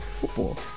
football